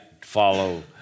follow